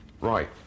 Right